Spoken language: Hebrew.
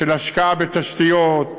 של השקעה בתשתיות,